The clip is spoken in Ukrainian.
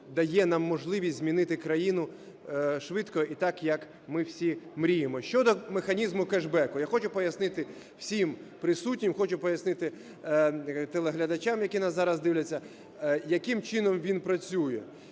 дає нам можливість змінити країну швидко і так, як ми всі мріємо. Що до механізму кешбеку, я хочу пояснити всім присутнім, хочу пояснити телеглядачам, які нас зараз дивляться, яким чином він працює.